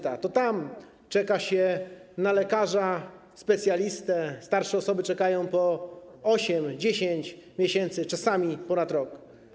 To tam czeka się na lekarza specjalistę, starsze osoby czekają po 8, 10 miesięcy, czasami ponad rok.